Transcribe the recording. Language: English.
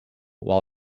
while